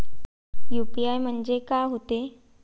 UPI म्हणजे का होते?